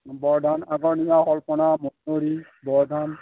বৰধান আকৌ এনেকুৱা বৰধান